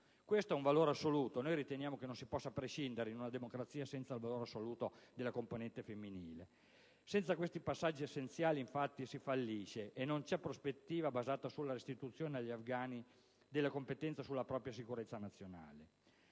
questo un valore assoluto e noi riteniamo che in una democrazia non si possa prescindere dal valore assoluto della componente femminile; senza questi passaggi essenziali, infatti, si fallisce, e non c'è prospettiva basata sulla restituzione agli afgani della competenza sulla propria sicurezza nazionale.